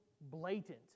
blatant